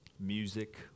Music